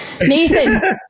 Nathan